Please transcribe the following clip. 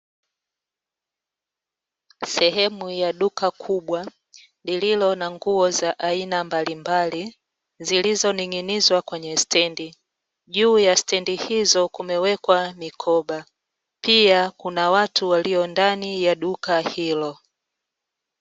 Sehemu ya duka kubwa lililo na nguo za aina mbalimbali zilizoning'inizwa kwenye stendi, juu ya stendii hizo kumewekwa mikoba pia kuna watu ndani ya duka hilo.